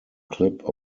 clip